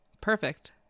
perfect